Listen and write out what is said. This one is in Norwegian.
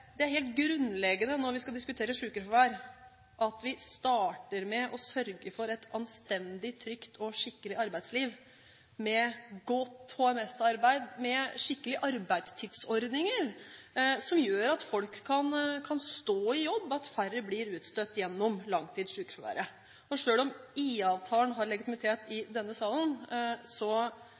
helt grunnleggende når vi skal diskutere sykefravær at vi starter med å sørge for et anstendig, trygt og skikkelig arbeidsliv, med godt HMS-arbeid, med skikkelige arbeidstidsordninger som gjør at folk kan stå i jobb, og at færre blir utstøtt gjennom langtidssykefravær. Selv om IA-avtalen har legitimitet i denne salen,